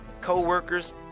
co-workers